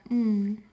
mm